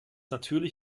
natürlich